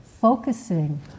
Focusing